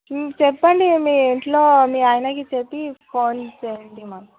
చెప్పండి మీ ఇంట్లో మీ ఆయనకి చెప్పి ఫోన్ చేయండి మాకు